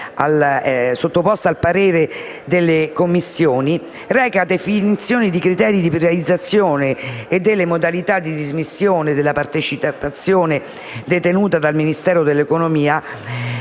sottoposto al parere delle Commissioni, recante "definizione dei criteri di privatizzazione e delle modalità di dismissione della partecipazione detenuta dal Ministero dell'economia